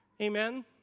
Amen